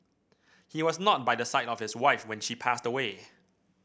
he was not by the side of his wife when she passed away